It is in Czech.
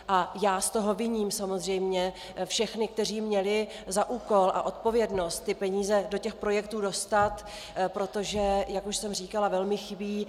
A já z toho viním samozřejmě všechny, kteří měli za úkol a odpovědnost ty peníze do těch projektů dostat, protože jak už jsem říkala, velmi chybí.